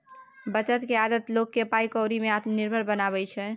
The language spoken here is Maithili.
बचत केर आदत लोक केँ पाइ कौड़ी में आत्मनिर्भर बनाबै छै